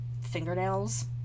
fingernails